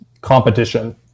competition